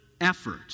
effort